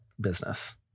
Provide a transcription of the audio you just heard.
business